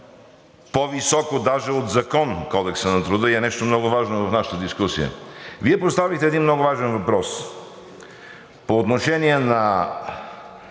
по-високо даже от закон – Кодексът на труда, и е нещо много важно в нашата дискусия. Вие поставихте един много важен въпрос по отношение на